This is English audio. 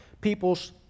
people's